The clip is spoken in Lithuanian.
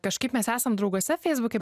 kažkaip mes esam drauguose feisbuke